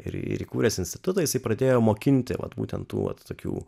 ir įkūręs institutą jisai pradėjo mokinti vat būtent tų vat tokių